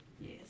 Yes